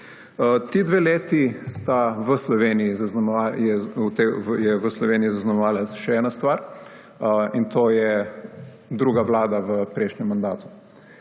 Ti dve leti je v Sloveniji zaznamovala še ena stvar, in to je druga vlada v prejšnjem mandatu.